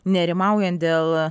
nerimaujant dėl